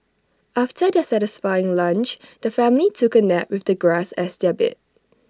after their satisfying lunch the family took A nap with the grass as their bed